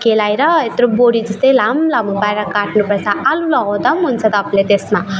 केलाएर यत्रो बोडी जस्तै लामो लामो पारेर काट्नुपर्छ आलु लगाउँदा पनि हुन्छ तपाईँले त्यसमा